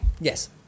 Yes